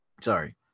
Sorry